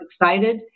excited